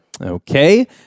Okay